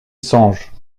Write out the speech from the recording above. songe